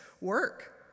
work